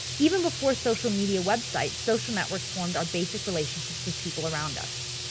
even before social media websites social networks formed our basic relationships with people around us.